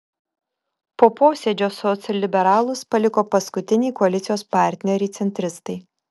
po posėdžio socialliberalus paliko paskutiniai koalicijos partneriai centristai